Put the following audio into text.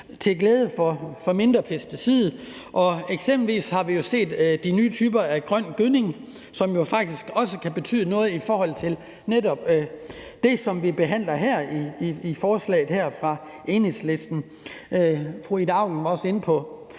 at sikre et mindre pesticidforbrug. Eksempelvis har vi jo set de nye typer grøn gødning, som jo faktisk også betyder noget i forhold til netop det, som vi behandler i forslaget her fra Enhedslisten. Fru Ida Auken var inde på